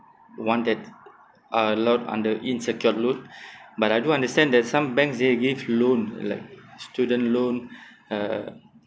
one that a lot under insecure loan but I do understand that some banks they give loan like student loan uh